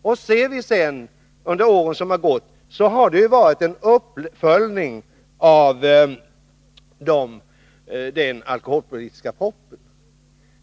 Under åren som har gått har det skett en uppföljning av den alkoholpolitiska propositionen.